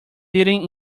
sitting